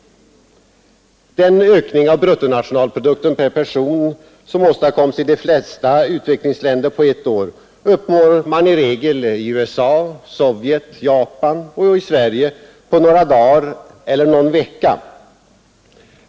Den ökning av bruttonationalprodukten per person som åstadkoms i de flesta utvecklingsländer på ett år uppnår man som regel i USA, Sovjet, Japan och Sverige på några dagar eller någon vecka.